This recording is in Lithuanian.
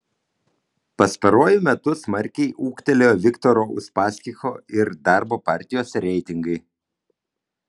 pastaruoju metu smarkiai ūgtelėjo viktoro uspaskicho ir darbo partijos reitingai